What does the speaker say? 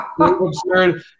absurd